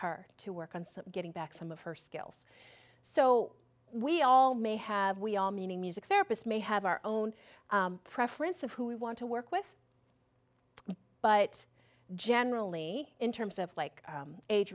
her to work on some getting back some of her skills so we all may have we all meaning music therapist may have our own preference of who we want to work with but generally in terms of like